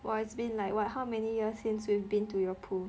!wah! it's been like what how many years since we've been to your pool